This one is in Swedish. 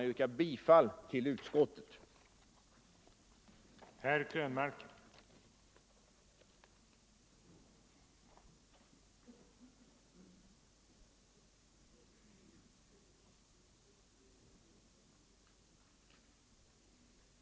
Jag yrkar bifall till utskottets hemställan.